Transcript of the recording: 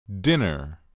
dinner